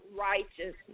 righteousness